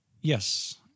yes